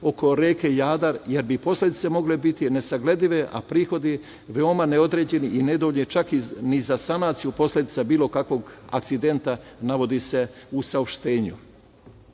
oko reke Jadar, jer bi posledice mogle biti nesagledive, a prihodi veoma neodređeni i nedovoljno je čak i za sanaciju posledica bilo kakvog akcidenta navodi se u saopštenju. Odavno